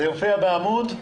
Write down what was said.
זה יופיע בעמוד?